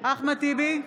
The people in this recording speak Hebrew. אחמד טיבי,